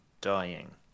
dying